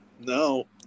no